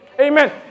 Amen